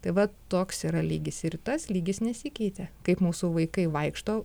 tai va toks yra lygis ir tas lygis nesikeitė kaip mūsų vaikai vaikšto